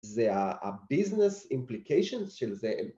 זה הביזנס implications של זה.